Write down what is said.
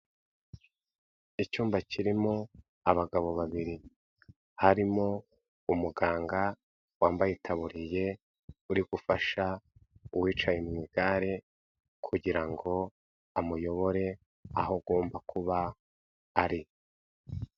Icyumba kirimo abagabo babiri, harimo umuganga wambaye itaburiye, uri gufasha uwicaye mu igare kugira ngo amuyobore aho agomba kuba ari.